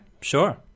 Sure